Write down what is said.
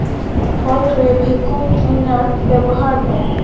hall ᱨᱮ vacuum cleaner ᱵᱮᱵᱚᱦᱟᱨ ᱢᱮ